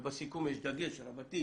ובסיכום יש דגש רבתי